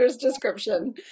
description